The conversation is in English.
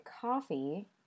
coffee